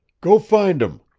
go find em!